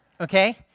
okay